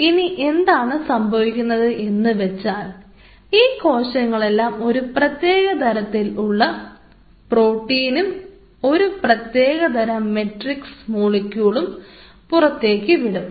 ഇനി എന്താണ് സംഭവിക്കുന്നത് എന്ന് വെച്ചാൽ ഈ കോശങ്ങളെല്ലാം ഒരു പ്രത്യേകതരത്തിലുള്ള പ്രോട്ടീനും ഒരു പ്രത്യേകതരം മെട്രിക്സ് മോളിക്യൂളും പുറത്തേയ്ക്ക് വിടും